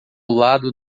lado